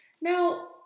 Now